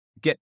get